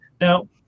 Now